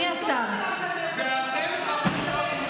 מיכל, לא צריך לצרוח.